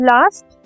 Last